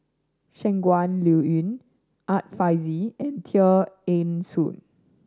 Shangguan Liuyun Art Fazil and Tear Ee Soon